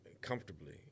comfortably